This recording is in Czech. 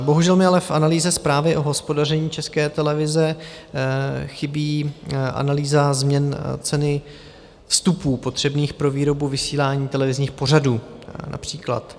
Bohužel mi ale v analýze zprávy o hospodaření České televize chybí analýza změn ceny vstupů potřebných pro výrobu vysílání televizních pořadů, například.